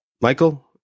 Michael